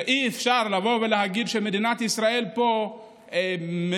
אי-אפשר לבוא ולהגיד שמדינת ישראל פה מדירה,